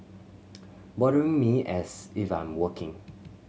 bothering me as if I'm working